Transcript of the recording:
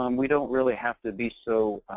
um we don't really have to be so